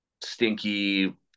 stinky